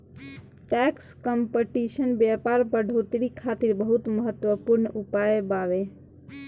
tax competition व्यापार बढ़ोतरी खातिर बहुत महत्वपूर्ण उपाय बावे